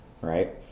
right